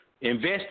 Invest